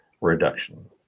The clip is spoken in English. reduction